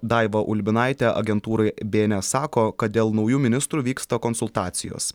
daiva ulbinaitė agentūrai bė en es sako kad dėl naujų ministrų vyksta konsultacijos